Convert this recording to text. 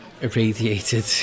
irradiated